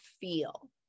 feel